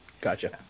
Gotcha